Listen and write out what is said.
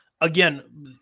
again